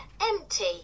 empty